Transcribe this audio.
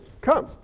come